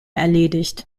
erledigt